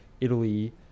Italy